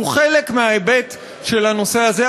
שהוא חלק מההיבט של הנושא הזה,